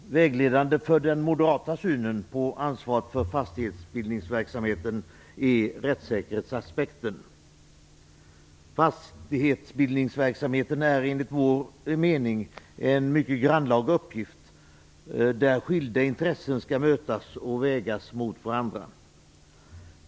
Herr talman! Vägledande för den moderata synen på ansvaret för fastighetsbildningsverksamheten är rättssäkerhetsaspekten. Fastighetsbildningsverksamhet är enligt vår mening en mycket grannlaga uppgift, där skilda intressen skall mötas och vägas mot varandra.